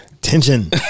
Tension